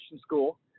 School